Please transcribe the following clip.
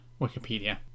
Wikipedia